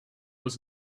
was